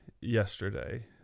yesterday